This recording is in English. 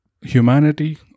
Humanity